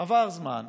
שעבר זמן,